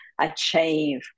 achieve